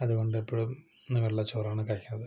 അതുകൊണ്ടെപ്പോഴും വെള്ളച്ചോർ ആണ് കഴിക്കുന്നത്